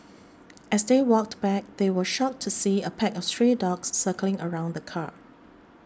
as they walked back they were shocked to see a pack of stray dogs circling around the car